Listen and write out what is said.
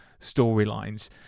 storylines